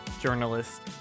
journalist